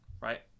right